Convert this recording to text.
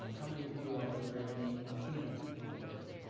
um how many of you are aware of the athena award?